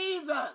Jesus